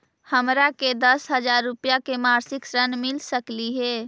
हमरा के दस हजार रुपया के मासिक ऋण मिल सकली हे?